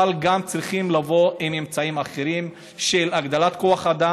אבל צריכים לבוא גם עם ממצאים אחרים של הגדלת כוח אדם